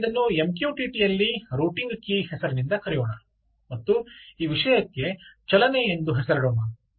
ಆದ್ದರಿಂದ ನಾನು ಇದನ್ನು MQTT ಯಲ್ಲಿ ರೂಟಿಂಗ್ ಕೀಲಿ ಹೆಸರಿನಿಂದ ಕರೆಯೋಣ ಮತ್ತು ಈ ವಿಷಯಕ್ಕೆ ಚಲನೆಯೆಂದು ಹೆಸರಿಡೋಣ